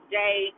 day